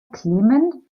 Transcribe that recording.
clement